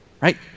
Right